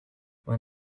when